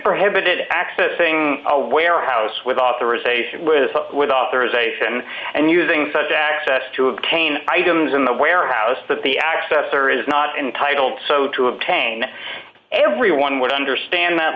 prohibit it accessing a warehouse with authorization with authorization and using such access to obtain items in the warehouse that the accessor is not entitled to obtain everyone would understand that